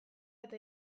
eta